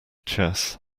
chess